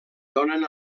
donen